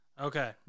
Okay